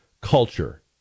culture